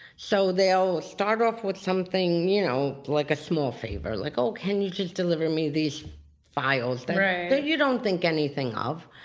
so they'll start off with something you know like a small favor, like, oh, can you just deliver me these files? right. that you don't think anything of.